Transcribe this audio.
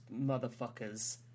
motherfuckers